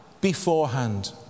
beforehand